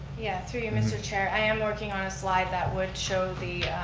yeah, through you, mr. chair, i am working on a slide that would show the